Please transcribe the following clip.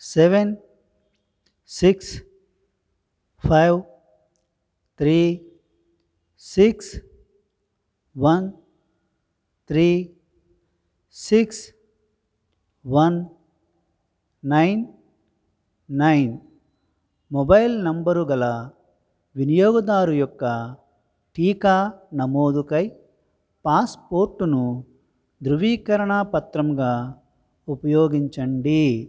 seven six five three six one three six one nine nine mobile number గల వినియోగదారు యొక్క టీకా నమోదుకై పాస్పోర్ట్ను ధృవీకరణ పత్రంగా ఉపయోగించండి